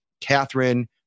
Catherine